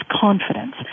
confidence